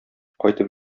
кайтып